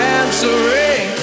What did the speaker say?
answering